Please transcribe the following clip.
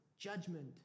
judgment